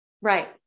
Right